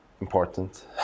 important